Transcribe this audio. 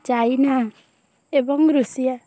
China ଏବଂ Russia